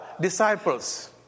disciples